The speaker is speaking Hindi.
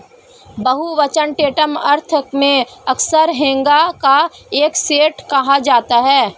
बहुवचन टैंटम अर्थ में अक्सर हैगा का एक सेट कहा जाता है